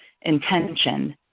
intention